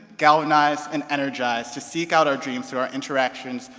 galvanized, and energized to seek out our dreams through our interactions,